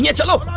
yeah cello